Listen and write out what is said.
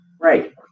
right